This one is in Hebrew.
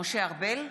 משה ארבל,